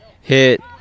Hit